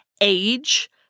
Age